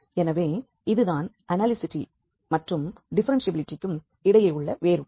எனவே இது தான் அனாலிசிட்டி மற்றும் டிஃப்ஃபெரென்ஷியபிலிட்டிக்கும் இடையே உள்ள வேறுபாடு